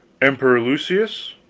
emperor lucius.